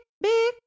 big